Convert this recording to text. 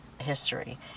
history